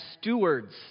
stewards